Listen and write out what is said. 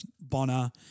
Bonner